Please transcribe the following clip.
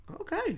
Okay